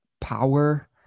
power